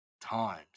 times